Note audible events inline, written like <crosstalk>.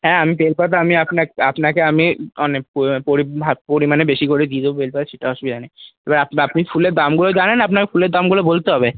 হ্যাঁ আমি বেলপাতা আমি আপনা আপনাকে আমি অনেক <unintelligible> পরিমাণে বেশি করে দিয়ে দেব বেলপাতা সেটা অসুবিধা নেই এবার আপনি ফুলের দামগুলো জানেন না আপনাকে ফুলের দামগুলো বলতে হবে